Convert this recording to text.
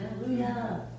Hallelujah